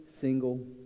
single